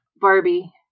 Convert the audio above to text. Barbie